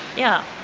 yeah.